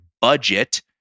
budget